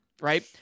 right